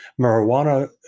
marijuana